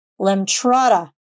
Lemtrada